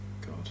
God